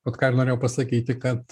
vat ką ir norėjau pasakyti kad